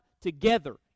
together